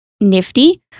nifty